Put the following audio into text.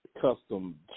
custom